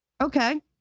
okay